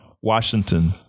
Washington